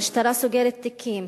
המשטרה סוגרת תיקים,